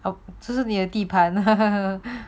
哦这是你的地盘